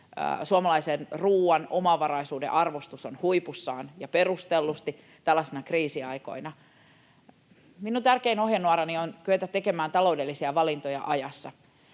Suomalaisen ruoan omavaraisuuden arvostus on huipussaan, ja perustellusti tällaisina kriisiaikoina. Minun tärkein ohjenuorani on kyetä tekemään taloudellisia valintoja ajassa.